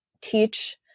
teach